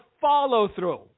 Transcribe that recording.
follow-through